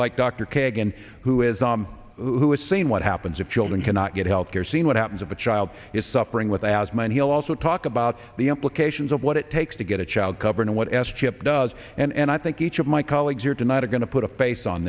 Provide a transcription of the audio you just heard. kagan who is who is saying what happens if children cannot get health care see what happens if a child is suffering with asthma and he'll also talk about the implications of what it takes to get a child cover and what s chip does and i think each of my colleagues here tonight are going to put a face on